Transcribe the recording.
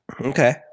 Okay